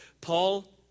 Paul